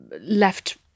left